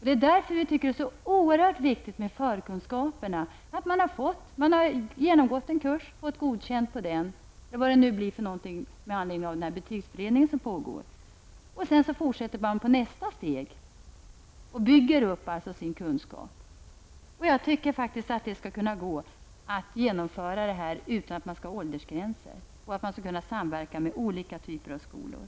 Det är därför vi tycker att det är så oerhört viktigt med förkunskaperna. Efter det att man har genomgått en kurs och fått godkänt på den -- eller vad den betygsberedning som pågår kommer fram till att det skall bli -- fortsätter man på nästa steg och bygger upp sin kunskap. Jag tycker faktiskt att det skulle gå att genomföra detta utan att ha åldersgränser. Olika typer av skolor skall kunna samverka.